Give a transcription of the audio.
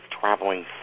traveling